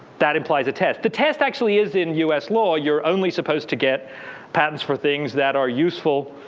that implies a test. the test actually is in us law, you're only supposed to get patents for things that are useful,